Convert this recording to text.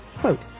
Quote